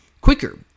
quicker